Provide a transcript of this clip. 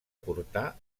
portar